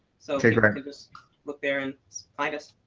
so so you but um can just look there and find us.